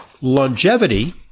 longevity